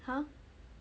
!huh!